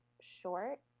short